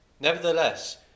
Nevertheless